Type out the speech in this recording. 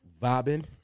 vibing